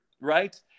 right